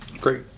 Great